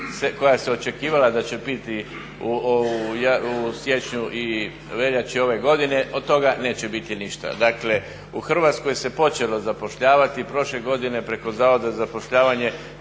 koja se očekivala da će biti u siječnju i veljači ove godine, od toga neće biti ništa. Dakle u Hrvatskoj se počelo zapošljavati. Prošle godine preko Zavoda za zapošljavanje